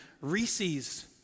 Reese's